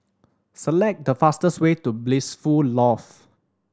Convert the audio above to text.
select the fastest way to Blissful Loft